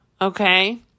Okay